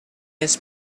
his